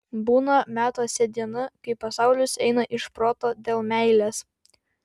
būna metuose diena kai pasaulis eina iš proto dėl meilės